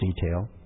Detail